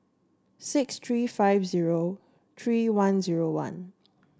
six three five zero three one zero one